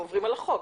הם עוברם על החוק.